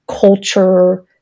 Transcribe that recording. culture